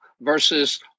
versus